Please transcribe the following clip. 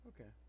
okay